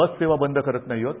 बस सेवा बंद करत नाही आहोत